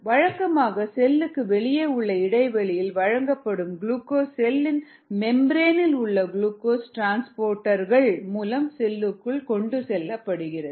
வழக்கமாக செல்லுக்கு வெளியே உள்ள இடைவெளியில் வழங்கப்படும் குளுக்கோஸ் செல்லின் மெம்பரேன் இல் உள்ள குளுக்கோஸ் டிரான்ஸ்போர்ட்டர்கள் மூலம் செல்லுக்குள் கொண்டு செல்லப்படுகிறது